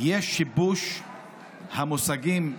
יש שיבוש של המושגים בעברית,